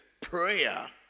prayer